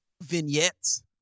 vignettes